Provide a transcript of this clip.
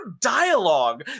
dialogue